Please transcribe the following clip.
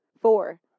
Four